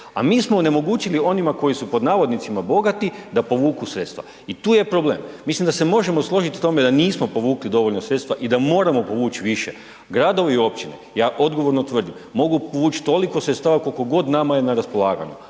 A mi smo onemogućili onima koji su pod navodnicima bogati da povuku sredstva i tu je problem. Mislim da se možemo složiti u tome da nismo povukli dovoljno sredstva i da moramo povući više. Gradovi i općine, ja odgovorno tvrdim mogu povući toliko sredstava koliko god nama je na raspolaganju